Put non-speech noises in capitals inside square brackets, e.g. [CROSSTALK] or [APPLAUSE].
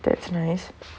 that's nice [BREATH]